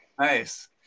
Nice